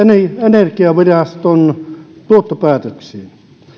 energiaviraston tuottopäätöksiin